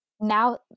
now